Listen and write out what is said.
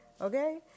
okay